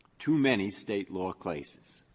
too many state law cases,